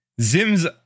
Zim's